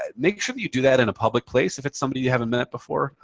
ah make sure you do that in a public place if it's somebody you haven't met before.